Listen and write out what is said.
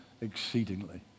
exceedingly